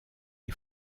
est